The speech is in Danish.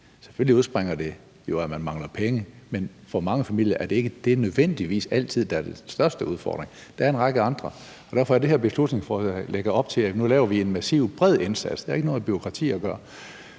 Selvfølgelig udspringer det jo af, at man mangler penge, men for mange familier er det ikke nødvendigvis altid det, der er den største udfordring; der er en række andre udfordringer. Derfor er det, at det her beslutningsforslag lægger op til, at nu laver vi en massiv, bred indsats. Det har ikke noget med bureaukrati at gøre.